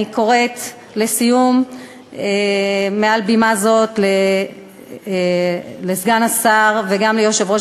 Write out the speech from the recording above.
אני קוראת מעל בימה זו לסגן השר וגם ליושב-ראש